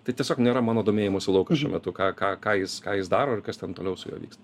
tai tiesiog nėra mano domėjimosi laukas šiuo metu ką ką ką jis ką jis daro ir kas ten toliau su juo vyksta